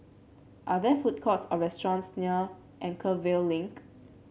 are there food courts or restaurants near Anchorvale Link